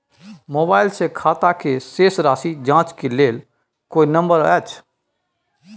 Mobile से खाता के शेस राशि जाँच के लेल कोई नंबर अएछ?